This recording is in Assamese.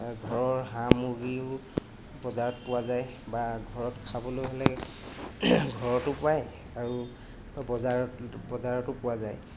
ঘৰৰ সামগ্ৰীও বজাৰত পোৱা যায় বা ঘৰত খাবলৈ হ'লে ঘৰতো পায় আৰু বজাৰত বজাৰতো পোৱা যায়